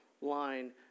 line